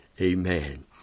Amen